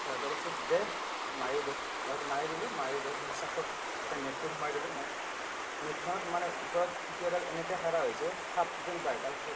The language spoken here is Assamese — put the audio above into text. সিহঁতে কৈছে দে মাৰি দে তাৰপিছত মাৰি দিলোঁ মাৰি দিয়াত চাকত যেতিয়া নেটটো সোমাই দিলোঁ নে'ট নে'টখনত মানে ওপৰত কুচিয়াডাল এনেকৈ খাড়া হৈছে সাপ যেন পায় তাৰপিছত